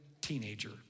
teenager